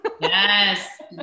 Yes